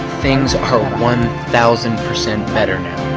things are one thousand percent better now.